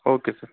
okay sir